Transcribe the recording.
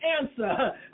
answer